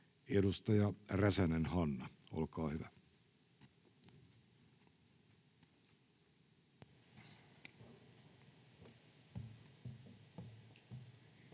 Edustaja Räsänen, Hanna, olkaa hyvä.